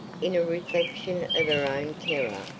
in a reflection of her own terror,